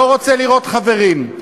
לא רוצה לראות חברים.